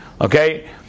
okay